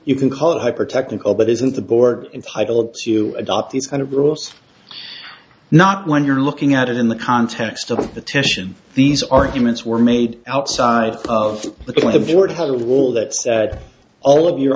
you can call hyper technical but isn't the board entitled to adopt these kind of rules not when you're looking at it in the context of the titian these arguments were made outside of the door to the wall that said all of your